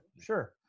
sure